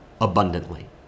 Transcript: abundantly